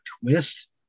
twist